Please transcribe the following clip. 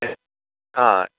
हा